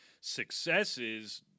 successes